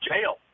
jail